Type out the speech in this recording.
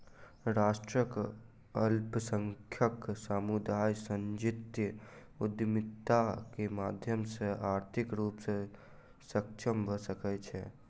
राष्ट्रक अल्पसंख्यक समुदाय संजातीय उद्यमिता के माध्यम सॅ आर्थिक रूप सॅ सक्षम भ सकै छै